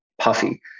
puffy